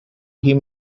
him